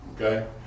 Okay